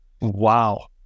Wow